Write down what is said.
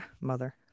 mother